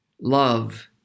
Love